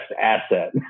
asset